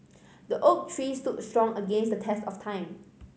the oak tree stood strong against the test of time